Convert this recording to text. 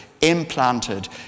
implanted